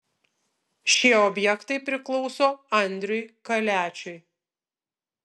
šie objektai priklauso andriui kaliačiui